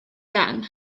gang